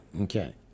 Okay